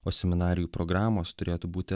o seminarijų programos turėtų būti